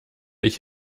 ich